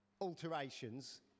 alterations